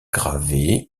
gravée